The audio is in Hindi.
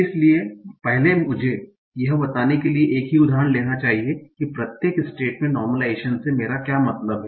इसलिए पहले मुझे यह बताने के लिए एक ही उदाहरण लेना चाहिए कि प्रत्येक स्टेट में नार्मलाइजेशन से मेरा क्या मतलब है